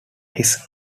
his